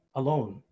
alone